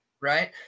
Right